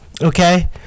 Okay